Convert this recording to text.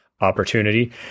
opportunity